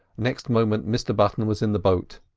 next moment mr button was in the boat.